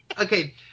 okay